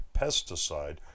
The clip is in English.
pesticide